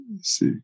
See